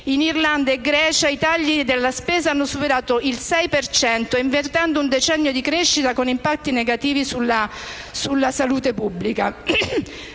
In Irlanda e Grecia i tagli alla spesa hanno superato il 6 per cento, invertendo un decennio di crescita con impatti negativi sulla salute pubblica.